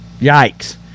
yikes